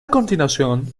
continuación